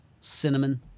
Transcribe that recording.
cinnamon